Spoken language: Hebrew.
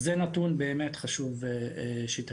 אז זה נתון באמת חשוב שתכירו.